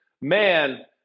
man